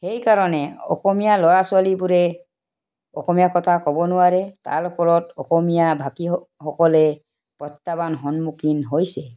সেইকাৰণে অসমীয়া ল'ৰা ছোৱালীবোৰে অসমীয়া কথা ক'ব নোৱাৰে তাৰ ওপৰত অসমীয়া ভাষীস সকলে প্ৰত্যাহ্বান সন্মুখীন হৈছে